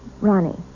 Ronnie